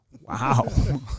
wow